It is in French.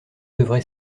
devrait